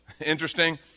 interesting